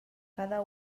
cada